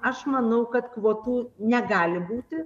aš manau kad kvotų negali būti